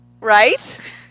Right